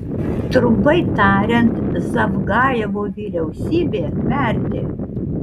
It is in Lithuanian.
trumpai tariant zavgajevo vyriausybė merdi